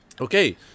Okay